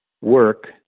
work